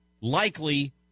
likely